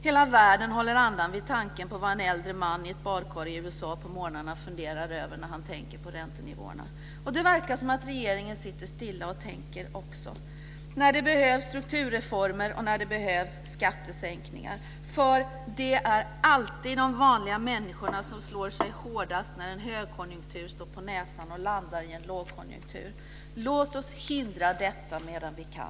Hela världen håller andan vid tanken på vad en äldre man i ett badkar i USA på morgnarna funderar över när han tänker på räntenivåerna. Det verkar som att regeringen också sitter stilla och tänker när det behövs strukturreformer och skattesänkningar. Det är alltid de vanliga människor som slår sig hårdast när en högkonjunktur står på näsan och landar i en lågkonjunktur. Låt oss hindra detta medan vi kan.